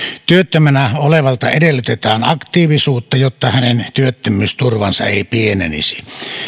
työttömänä olevalta edellytetään aktiivisuutta jotta hänen työttömyysturvansa ei pienenisi